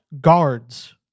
guards